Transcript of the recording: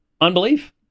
unbelief